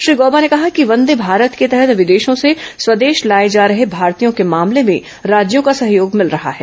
श्री गौबा ने कहा कि वंदे मारत के तहत विदेशों से स्वदेश लाए जा रहे भारतीयों के मामले में राज्यों का सहयोग मिल रहा है